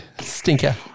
Stinker